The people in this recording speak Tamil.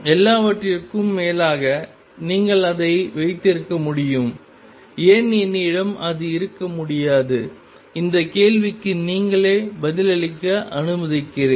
எல்லாவற்றிற்கும் மேலாக நீங்கள் அதை வைத்திருக்க முடியும் ஏன் என்னிடம் அது இருக்க முடியாது இந்த கேள்விக்கு நீங்களே பதிலளிக்க அனுமதிக்கிறேன்